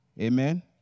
amen